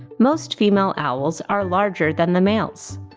most female owls are larger than the males.